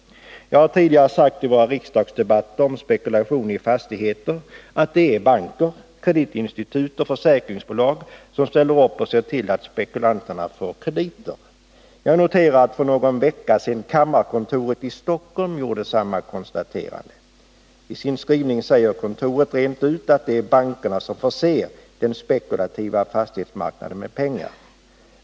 Jag har tidigare sagt i våra riksdagsdebatter rörande spekulation i fastigheter att det är banker, kreditinstitut och försäkringsbolag som ställer upp och ser till att spekulanterna får krediter. Jag noterar att kammarkontoret i Stockholm för någon vecka sedan gjorde samma konstaterande. I sin skrivning sade kontoret rent ut att det är bankerna som förser fastighetsspekulanterna med pengar.